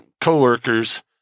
coworkers